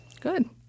Good